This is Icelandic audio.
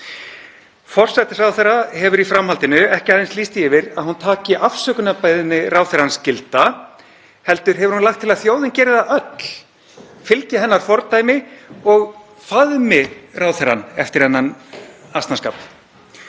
Forsætisráðherra hefur í framhaldinu ekki aðeins lýst því yfir að hún taki afsökunarbeiðni ráðherrans gilda heldur hefur hún lagt til að þjóðin geri það öll, fylgi hennar fordæmi og faðmi ráðherrann eftir þennan asnaskap.